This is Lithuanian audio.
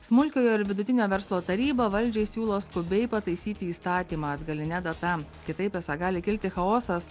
smulkiojo ir vidutinio verslo taryba valdžiai siūlo skubiai pataisyti įstatymą atgaline data kitaip esą gali kilti chaosas